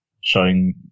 showing